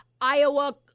Iowa